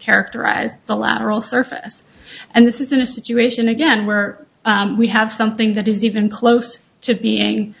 characterize the lateral surface and this is in a situation again where we have something that is even close to being